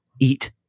eat